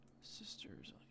Sisters